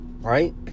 Right